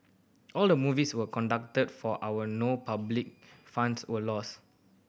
all the movies were conducted for our no public funds were lost